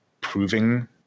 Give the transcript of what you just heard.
proving